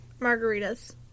margaritas